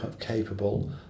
capable